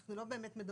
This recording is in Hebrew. אנחנו לא באמת מדברים,